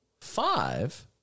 five